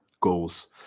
goals